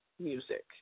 music